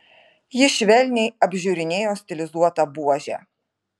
ji švelniai apžiūrinėjo stilizuotą buožę